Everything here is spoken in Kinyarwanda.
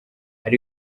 hari